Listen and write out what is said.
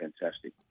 Fantastic